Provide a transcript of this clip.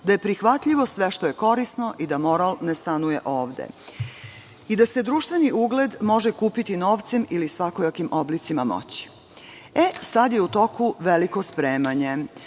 da je prihvatljivo sve što je korisno i da moral ne stanuje ovde i da se društveni ugled može kupiti novcem ili svakojakim oblicima moći. Sada je u toku veliko spremanje